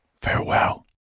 Farewell